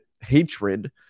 hatred